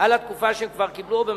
על התקופה שהוא כבר קיבל,